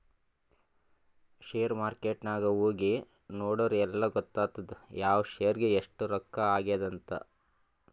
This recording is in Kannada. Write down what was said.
ಶೇರ್ ಮಾರ್ಕೆಟ್ ನಾಗ್ ಹೋಗಿ ನೋಡುರ್ ಎಲ್ಲಾ ಗೊತ್ತಾತ್ತುದ್ ಯಾವ್ ಶೇರ್ಗ್ ಎಸ್ಟ್ ರೊಕ್ಕಾ ಆಗ್ಯಾದ್ ಅಂತ್